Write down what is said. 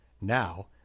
Now